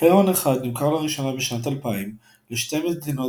"הרון 1" נמכר לראשונה בשנת 2000 ל-2 מדינות